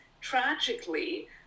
tragically